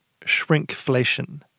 Shrinkflation